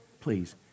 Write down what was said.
Please